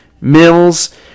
Mills